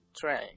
train